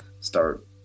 start